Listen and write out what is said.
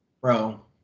bro